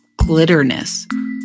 glitterness